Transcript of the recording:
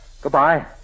Goodbye